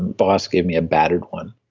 boss gave me a battered one,